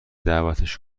دعوتش